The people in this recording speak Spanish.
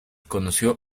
conoció